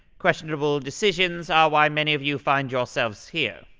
questionable decisions are why many of you find yourselves here.